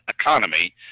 economy